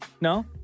No